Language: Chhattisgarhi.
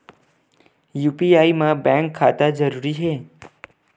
यू.पी.आई मा बैंक खाता जरूरी हे?